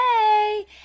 hey